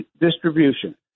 distribution